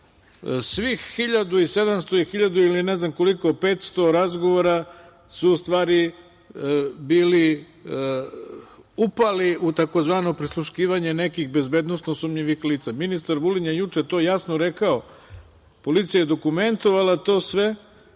svih 1700 ili 1500 razgovora su u stvari bili upali u tzv. prisluškivanje nekih bezbednosno sumnjivih lica. Ministar Vulin je juče to jasno rekao, policija je dokumentovala to sve